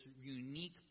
unique